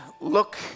look